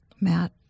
Matt